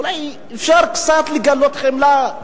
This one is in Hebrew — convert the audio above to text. אולי אפשר קצת לגלות חמלה.